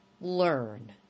learn